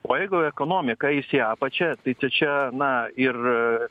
o jeigu ekonomika eis į apačią tai čia na ir